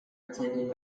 attended